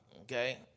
okay